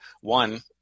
one